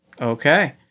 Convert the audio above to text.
Okay